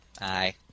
Aye